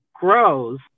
grows